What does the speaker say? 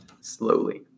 slowly